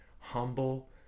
humble